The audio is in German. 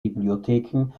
bibliotheken